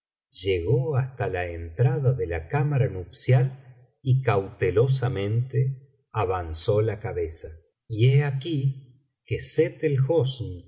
llegó hasta la entrada de la cámara nupcial y cautelosamente avanzó la cabera y lie aquí que sett